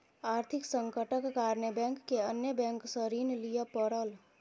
आर्थिक संकटक कारणेँ बैंक के अन्य बैंक सॅ ऋण लिअ पड़ल